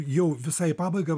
jau visai į pabaigą